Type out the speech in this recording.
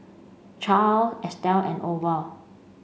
Charle Estell and Orval